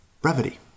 brevity